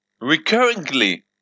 recurrently